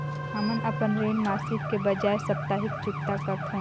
हमन अपन ऋण मासिक के बजाय साप्ताहिक चुकता करथों